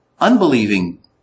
unbelieving